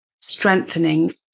strengthening